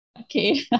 Okay